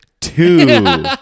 two